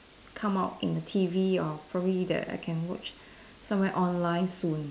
come out in the t_v or probably that I can watch somewhere online soon